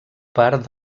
part